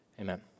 Amen